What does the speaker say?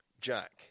Jack